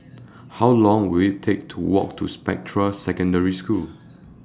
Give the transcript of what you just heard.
How Long Will IT Take to Walk to Spectra Secondary School